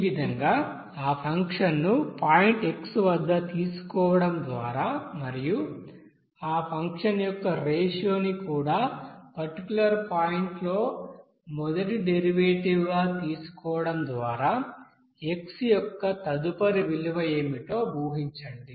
ఈ విధంగా ఆ ఫంక్షన్ను పాయింట్ x వద్ద తీసుకోవడం ద్వారా మరియు ఆ ఫంక్షన్ యొక్క రేషియో ని కూడా పర్టిక్యూలర్ పాయింట్లో మొదటి డెరివేటివ్గా తీసుకోవడం ద్వారా x యొక్క తదుపరి విలువ ఏమిటో ఊహించండి